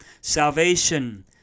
Salvation